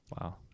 wow